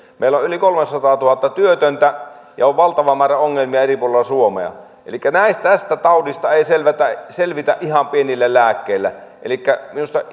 meillä on yli kolmesataatuhatta työtöntä ja on valtava määrä ongelmia eri puolilla suomea tästä taudista ei selvitä ihan pienillä lääkkeillä elikkä